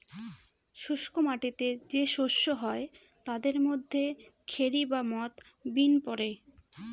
শুস্ক মাটিতে যে শস্য হয় তাদের মধ্যে খেরি বা মথ, বিন পড়ে